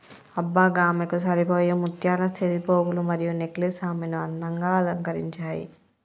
అబ్బ గామెకు సరిపోయే ముత్యాల సెవిపోగులు మరియు నెక్లెస్ ఆమెను అందంగా అలంకరించాయి